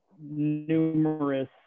numerous